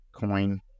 coin